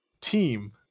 team